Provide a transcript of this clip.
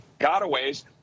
gotaways